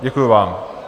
Děkuju vám.